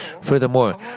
Furthermore